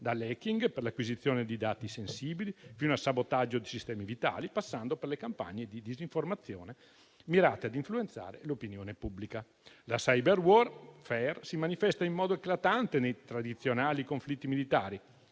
dallo *hacking* per l'acquisizione di dati sensibili, fino al sabotaggio di sistemi vitali, passando per le campagne di disinformazione mirate ad influenzare l'opinione pubblica. La *cyberwarfare* si manifesta in modo eclatante nei tradizionali conflitti militari